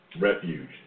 refuge